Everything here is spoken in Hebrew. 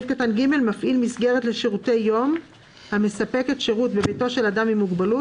" מפעיל מסגרת לשירותי יום המספקת שירות בביתו של אדם עם מוגבלות,